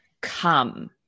come